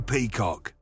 Peacock